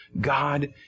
God